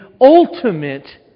ultimate